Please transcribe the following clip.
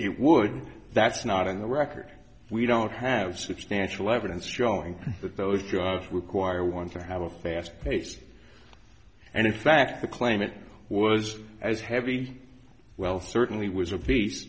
it would that's not in the record we don't have substantial evidence showing that those jobs require one to have a fast pace and in fact the claim it was as heavy well certainly was a bea